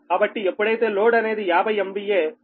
కాబట్టి ఎప్పుడైతే లోడ్ అనేది 50 MVA0